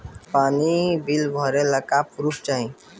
पानी बिल भरे ला का पुर्फ चाई?